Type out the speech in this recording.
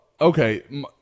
Okay